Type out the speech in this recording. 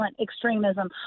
extremism